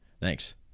Thanks